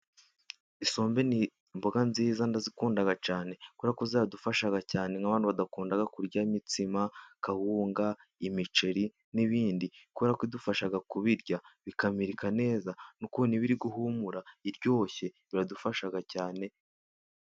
Isombe ni imboga nziza ndazikunda cyane, kubera ko ziradufasha cyane, nk'abantu badakunda kurya imitsima, kawunga, imiceri n'ibindi. Kubera ko idufasha kubirya, bikamirika neza, n'ukuntu ibi iri guhumura, iryoshye, biradufasha cyane.